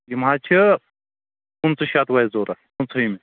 یِم حظ چھ پٍنژٕہ شتوُہ اَسہِ ضروٗرت پٍنٛژٕہمہِ